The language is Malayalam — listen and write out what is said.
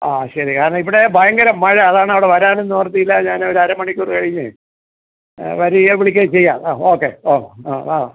ആ ശരി കാരണം ഇവിടെ ഭയങ്കരം മഴ അതാണ് അവിടെ വരാനും നിവൃത്തിയില്ല ഞാൻ ഒരു അര മണിക്കൂർ കഴിഞ്ഞ് വരികയോ വിളിക്കുകയോ ചെയ്യാം ആ ഓക്കെ ഓ ആ ആ